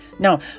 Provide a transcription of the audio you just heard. Now